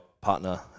partner